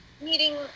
meeting